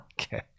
okay